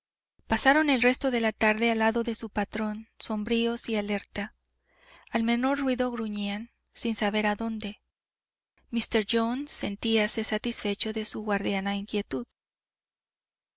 pasaron el resto de la tarde al lado de su patrón sombríos y alerta al menor ruido gruñían sin saber adonde míster jones sentíase satisfecho de su guardiana inquietud